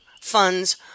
funds